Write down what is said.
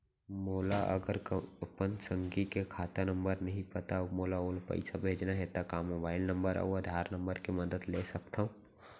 मोला अगर अपन संगी के खाता नंबर नहीं पता अऊ मोला ओला पइसा भेजना हे ता का मोबाईल नंबर अऊ आधार नंबर के मदद ले सकथव?